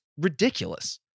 ridiculous